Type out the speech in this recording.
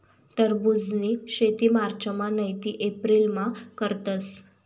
टरबुजनी शेती मार्चमा नैते एप्रिलमा करतस